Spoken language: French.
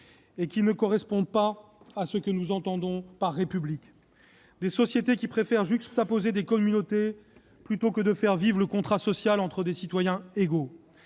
et qui ne correspond pas à ce que nous entendons par République : des sociétés qui préfèrent juxtaposer des communautés plutôt que de faire vivre le contrat social entre des citoyens égaux.